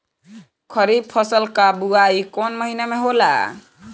खरीफ फसल क बुवाई कौन महीना में होला?